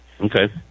Okay